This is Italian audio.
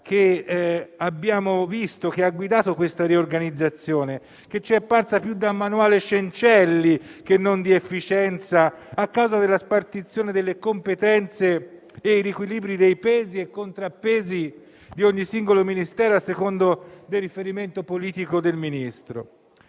che abbiamo visto guidare questa riorganizzazione, che ci è parsa più da manuale Cencelli che non ispirata a criteri di efficienza, a causa della spartizione delle competenze e dei riequilibri dei pesi e contrappesi di ogni singolo Ministero a seconda del riferimento politico del Ministro.